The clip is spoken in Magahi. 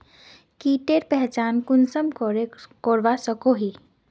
कीटेर पहचान कुंसम करे करवा सको ही?